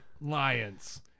lions